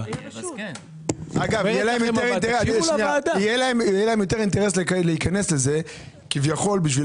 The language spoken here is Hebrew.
יהיה להם יותר אינטרס להיכנס לזה כביכול בשביל